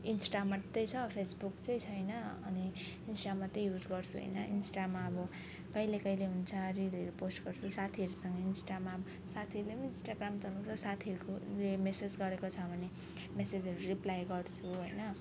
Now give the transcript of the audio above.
Insta मात्रै छ Facebook चाहिँ छैन अनि इन्स्टा मात्रै युज गर्छु होइन इन्स्टामा अब कहिले कहिले हुन्छ रिलहरू पोस्ट गर्छु साथीहरूसँग इन्स्टामा साथीहरूले पनि इन्स्टाग्राम चलाउँछ साथीहरूकोले मेसेज गरेको छ भने मेसेजहरू रिप्लाई गर्छु होइन